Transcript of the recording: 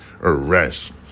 arrest